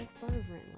fervently